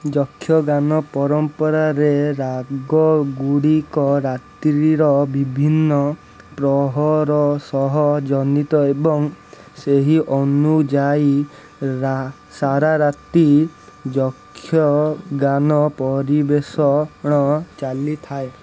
ଯକ୍ଷଗାନ ପରମ୍ପରାରେ ରାଗ ଗୁଡ଼ିକ ରାତ୍ରିର ବିଭିନ୍ନ ପ୍ରହର ସହ ଜନିତ ଏବଂ ସେହି ଅନୁଯାୟୀ ସାରା ରାତି ଯକ୍ଷଗାନ ପରିବେଷଣ ଚାଲିଥାଏ